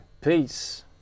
peace